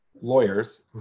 lawyers